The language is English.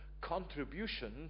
contribution